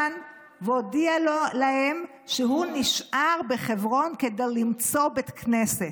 והודיע להם שהוא נשאר בחברון כדי למצוא בית כנסת.